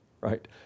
right